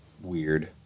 weird